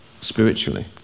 spiritually